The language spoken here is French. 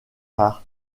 par